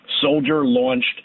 Soldier-launched